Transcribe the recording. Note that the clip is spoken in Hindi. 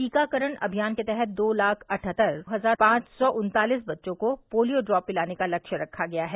टीकाकरण अभियान के तहत दो लाख अठहत्तर हजार पांच सौ उन्तालिस बच्चों को पोलिया ड्राप पिलाने का लक्ष्य रखा गया है